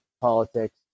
politics